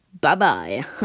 Bye-bye